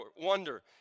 wonder